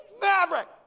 Maverick